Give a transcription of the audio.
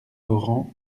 laurent